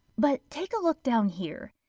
but, take a look down here.